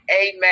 amen